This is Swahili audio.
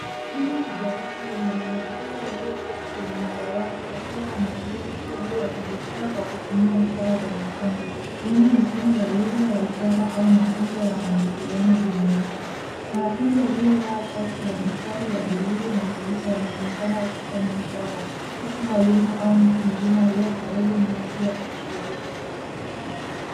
Hili ni darasa lenye wanafunzi walioketi kwenye dawati wakiwa wanashiriki shughuli ya kujifunza kwa kutumia ishara ya mikono. Huenda ni somo la lugha ya ishara ya mikono au mafunzo ya mawasiliano jumuishi. Mwanafunzi aliyevalia shati ya mistari ya bluu na nyeupe anaonekana akifanya ishara huku mwalimu au mtu mzima aliye karibu naye anaonekana akishiriki.